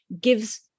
gives